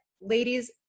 ladies